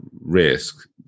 risk